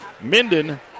Minden